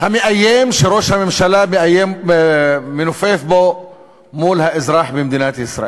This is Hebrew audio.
המאיים שראש הממשלה מנופף בו מול האזרח במדינת ישראל.